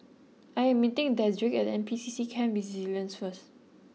I am meeting Dedrick at N P C C Camp Resilience first